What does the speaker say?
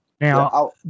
Now